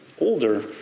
older